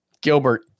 Gilbert